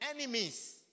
enemies